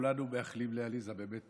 כולנו מאחלים לעליזה באמת